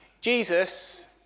Jesus